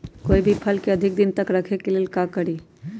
कोई भी फल के अधिक दिन तक रखे के ले ल का करी?